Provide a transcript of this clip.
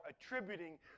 attributing